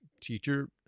teacher